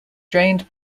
drained